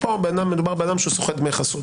פה מדובר באדם שסוחר דמי חסות.